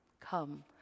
come